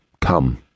come